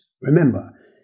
Remember